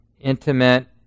intimate